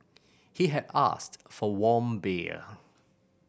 he had asked for warm beer